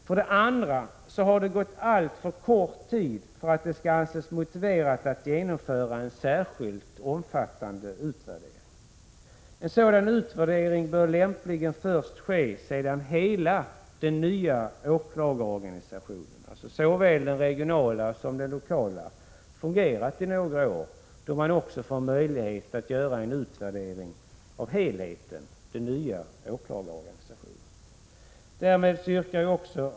För det andra har det gått alltför kort tid för att det skall anses motiverat att genomföra en särskild, omfattande utvärdering. En sådan utvärdering bör lämpligen ske först sedan hela den nya åklagarorganisationen, såväl den regionala som den lokala, fungerat något år. Då får man också möjlighet att genomföra en utvärdering av helheten i den nya åklagarorganisationen.